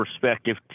perspective